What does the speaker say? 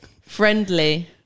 friendly